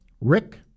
Rick